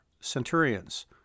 centurions